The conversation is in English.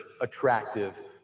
attractive